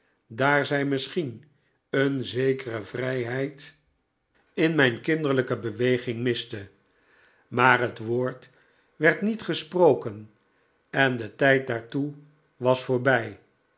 daar zij misschien een zekere vrijheid in mijn david copperfield kinderlijke beweging miste maar het woord werd niet gesproken en de tijd daartoe was voorbij